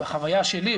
בחוויה שלי,